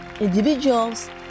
individuals